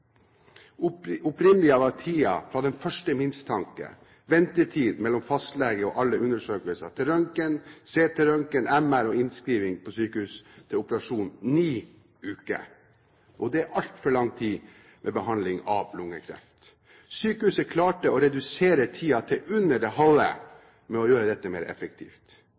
lungekreft. Opprinnelig var tiden fra den første mistanke, ventetid mellom fastlege og alle undersøkelser til røntgen, CT-røntgen, MR og innskriving på sykehus til operasjon ni uker. Det er altfor lang tid for behandling av lungekreft. Sykehuset klarte å redusere tiden til under det halve ved å gjøre dette mer effektivt.